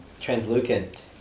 Translucent